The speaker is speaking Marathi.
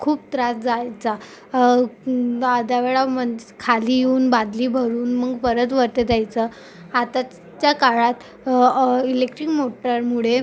खूप त्रास जायचा दहादहावेळा मग खाली येऊन बादली भरून मग परत वरती जायचं आताच्या काळात इलेक्ट्रिक मोटरमुळे